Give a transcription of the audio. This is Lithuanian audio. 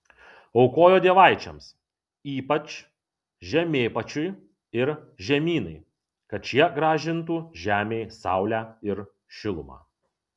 aukojo dievaičiams ypač žemėpačiui ir žemynai kad šie grąžintų žemei saulę ir šilumą